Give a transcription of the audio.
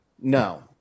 No